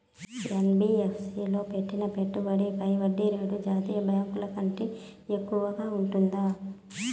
NBFC లో పెట్టిన పెట్టుబడి పై వడ్డీ రేటు జాతీయ బ్యాంకు ల కంటే ఎక్కువగా ఉంటుందా?